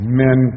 men